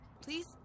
please